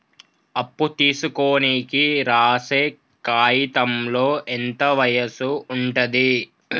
అప్పు తీసుకోనికి రాసే కాయితంలో ఎంత వయసు ఉంటది?